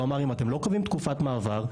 הוא אמר: אם אתם לא קובעים תקופת מעבר,